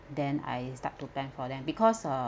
then I start to plan for them because uh